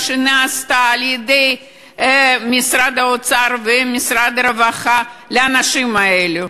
שנעשתה על-ידי משרד האוצר ומשרד הרווחה לאנשים האלה.